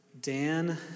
Dan